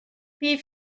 wie